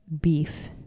beef